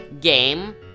game